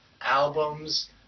albums